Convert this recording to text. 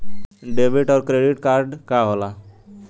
Debit और credit card का होला?